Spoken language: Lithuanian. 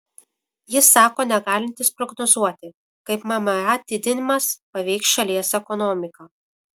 jis sako negalintis prognozuoti kaip mma didinimas paveiks šalies ekonomiką